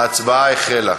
ההצבעה החלה.